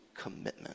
commitment